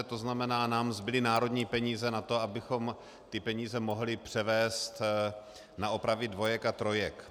To znamená, nám zbyly národní peníze na to, abychom ty peníze mohli převést na opravy dvojek a trojek.